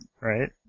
right